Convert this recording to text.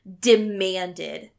demanded